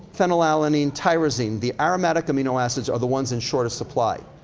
phenylalanine, tyrosine, the aromatic amino acids are the ones in shorter supply.